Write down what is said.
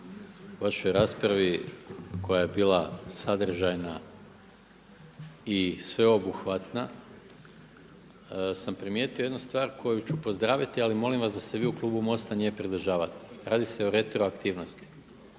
u vašoj raspravi koja je bila sadržajna i sveobuhvatna sam primijetio jednu stvar koju ću pozdraviti, ali molim vas da se vi u klubu MOST-a nje pridržavate, radi se o retroaktivnosti.